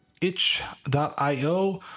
itch.io